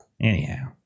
Anyhow